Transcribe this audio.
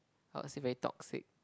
oh it's very toxic